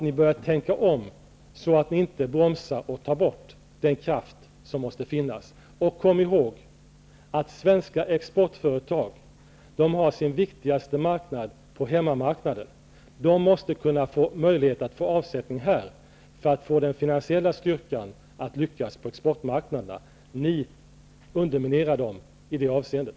Ni bör tänka om så att ni inte bromsar och tar bort den kraft som måste finnas. Kom ihåg att för svenska exportföretag är hemmamarknaden den viktigaste delen. De måste kunna få avsättning här för att få den finansiella styrkan att lyckas på exportmarknaderna. Ni underminerar dem i det avseendet.